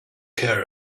care